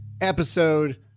episode